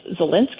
Zelensky